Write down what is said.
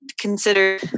consider